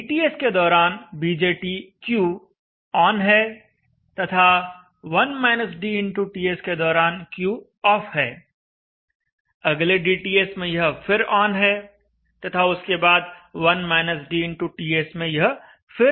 dTS के दौरान BJT Q on है तथा TS के दौरान Q ऑफ है अगले dTS में यह फिर ऑन है तथा उसके बाद TS में यह फिर ऑफ है